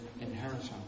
inheritance